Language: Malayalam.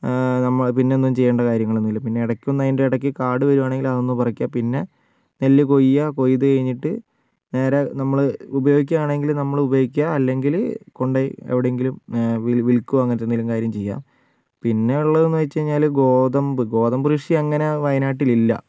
നമ്മൾ പിന്നെ ഒന്നും ചെയ്യേണ്ട കാര്യങ്ങൾ ഒന്നും ഇല്ല പിന്നെ ഇടയ്ക്ക് ഒന്ന് അതിൻ്റെ ഇടയ്ക്ക് കാട് വരികയാണെങ്കിൽ അതൊന്നു പറിക്കുക പിന്നെ നെല്ല് കൊയ്യുക കൊയ്തു കഴിഞ്ഞിട്ട് നേരെ നമ്മൾ ഉപയോഗിക്കുകയാണെങ്കിൽ നമ്മൾ ഉപയോഗിക്കുക അല്ലെങ്കിൽ കൊണ്ടുപോയി എവിടെയെങ്കിലും വിൽക്കുകയോ അങ്ങനത്തെ എന്തെങ്കിലും കാര്യം ചെയ്യാം പിന്നെ ഉള്ളതെന്ന് വച്ചു കഴിഞ്ഞാൽ ഗോതമ്പ് ഗോതമ്പ് കൃഷി അങ്ങനെ വയനാട്ടിൽ ഇല്ല